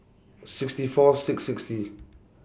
sixty four six sixty